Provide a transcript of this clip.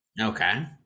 Okay